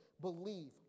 believe